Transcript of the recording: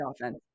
offense